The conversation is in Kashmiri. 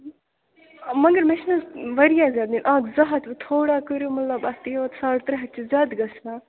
مگر مےٚ چھِنہٕ حظ واریاہ زیادٕ نِنۍ اَکھ زٕ ہَتھ تھوڑا کٔریو مطلب اَتھ تہِ یوٗت ساڑ ترٛےٚ ہَتھ چھِ زیادٕ گژھان